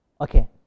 Okay